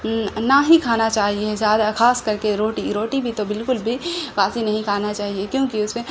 نہ ہی کھانا چاہیے خاص کر کے روٹی روٹی بھی تو بالکل بھی باسی نہیں کھانا چاہیے کیوںکہ اس میں